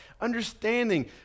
understanding